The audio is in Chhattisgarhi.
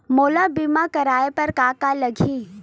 मोला बीमा कराये बर का का लगही?